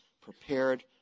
prepared